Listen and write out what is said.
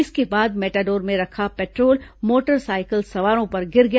इसके बाद मेटाडोर में रखा पेट्रोल मोटर सायकल सवारों पर गिर गया